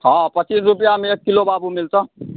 हँ पच्चीस रुपैआमे एक किलो बाबू मिलतऽ